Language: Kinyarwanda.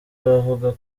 abavuga